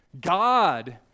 God